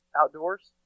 Outdoors